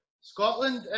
Scotland